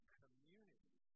community